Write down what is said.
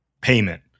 payment